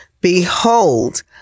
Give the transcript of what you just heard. Behold